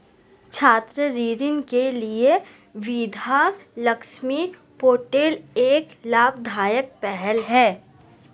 छात्र ऋण के लिए विद्या लक्ष्मी पोर्टल एक लाभदायक पहल है